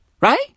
Right